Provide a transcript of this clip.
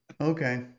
Okay